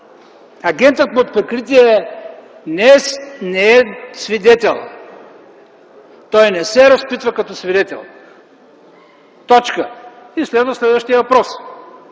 агентът под прикритие не е свидетел, той не се разпитва като свидетел. Точка. И следващият въпрос.